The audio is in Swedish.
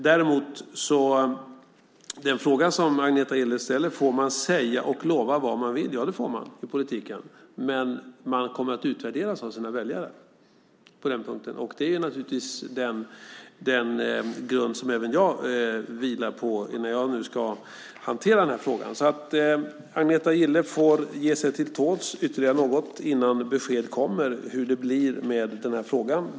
Agneta Gille frågar om man får säga och göra vad man vill i politiken. Ja, det får man. Men man kommer att utvärderas av sina väljare. Det är naturligtvis den grund som även jag vilar på när jag nu ska hantera den här frågan. Agneta Gille får ge sig till tåls ytterligare något innan det kommer besked om hur det blir med den här frågan.